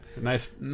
nice